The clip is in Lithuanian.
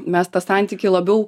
mes tą santykį labiau